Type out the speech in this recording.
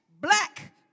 black